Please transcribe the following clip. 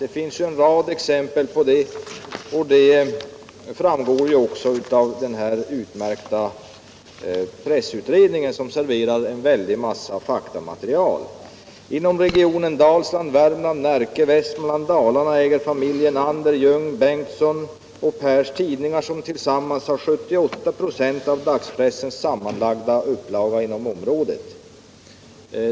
Det finns en rad exempel på detta, och det framgår även av den utmärkta pressutredningen, som serverar en väldig massa faktamaterial. Inom regionerna Dalsland, Värmland, Närke, Västmanland, Dalarna äger familjerna Ander, Ljung, Bengtsson och Pers tidningar som tillsammans har 78 96 av dagspressens sammanlagda upplaga inom området.